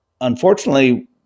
unfortunately